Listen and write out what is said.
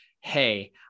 hey